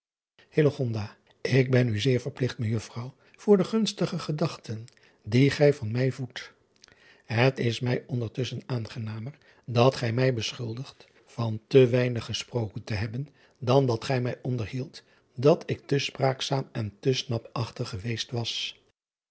k ben u zeer verpligt mejuffrouw voor de gunstige gedachten die gij van mij voedt et is mij onderstusschen aangenamer dat gij mij beschuldigt van te weinig gesproken te hebben dan dat gij mij onderhield dat ik te spraakzaam en te snapachtig geweest was